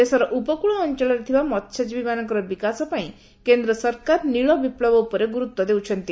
ଦେଶର ଉପକୃଳ ଅଞ୍ଚଳରେ ଥିବା ମହ୍ୟଜୀବୀମାନଙ୍କର ବିକାଶ ପାଇଁ କେନ୍ଦ୍ର ସରକାର ନୀଳ ବିପ୍ଳବ ଉପରେ ଗୁରୁତ୍ୱ ଦେଉଛନ୍ତି